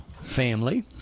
Family